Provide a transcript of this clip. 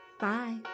Bye